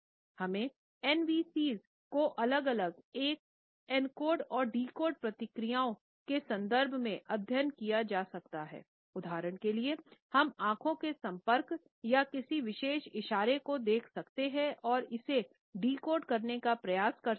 हलाकि NVC s को अलग अलग एन कोडिंग और डिकोडिंग प्रक्रियाओं के संदर्भ में अध्ययन किया जा सकता है उदाहरण के लिए हम आंखों के संपर्क या किसी विशेष इशारे को देख सकते हैं और इसे डि कोड करने का प्रयास कर सकते हैं